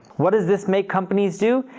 what does this make companies do?